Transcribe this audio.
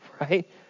Right